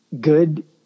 good